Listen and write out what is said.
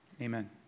Amen